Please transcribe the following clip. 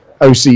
OC